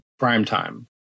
primetime